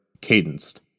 cadenced